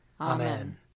Amen